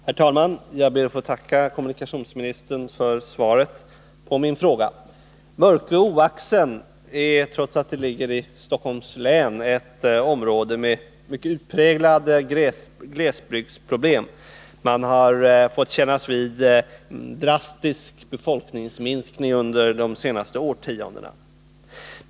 Herr talman! Jag ber att få tacka kommunikationsministern för svaret på min fråga. Mörkö och Oaxen ligger i Stockholms län, men trots detta i ett område med mycket utpräglade glesbygdsproblem. Man har exempelvis fått kännas vid en drastisk befolkningsminskning under de senaste årtiondena.